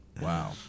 Wow